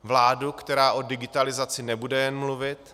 Vládu, která o digitalizaci nebude jen mluvit.